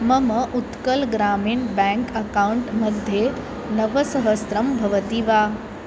मम Utkal Gramin bank account मध्ये नवसहस्रं भवति वा